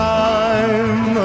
time